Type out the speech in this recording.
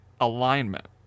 alignment